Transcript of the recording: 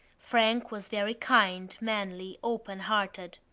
frank was very kind, manly, open-hearted.